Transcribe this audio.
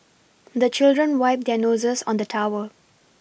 the children wipe their noses on the towel